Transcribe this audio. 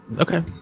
okay